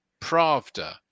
Pravda